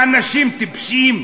האנשים טיפשים?